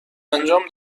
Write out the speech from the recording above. انجام